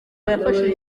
yafashije